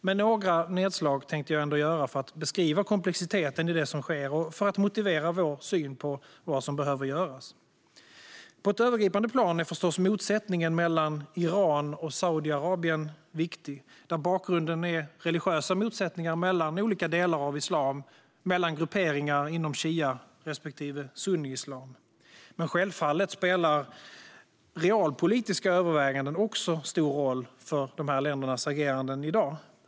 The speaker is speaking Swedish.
Men några nedslag tänkte jag ändå göra för att beskriva komplexiteten i det som sker och för att motivera vår syn på vad som behöver göras. På ett övergripande plan är förstås motsättningen mellan Iran och Saudiarabien viktig, där bakgrunden är religiösa motsättningar mellan olika delar av islam och mellan grupperingar inom shia respektive sunniislam. Men självfallet spelar även realpolitiska överväganden stor roll för ländernas ageranden i dag.